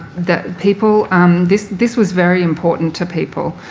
that people um this this was very important to people,